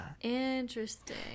Interesting